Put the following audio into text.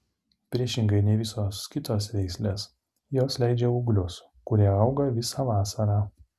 priešingai nei visos kitos veislės jos leidžia ūglius kurie auga visą vasarą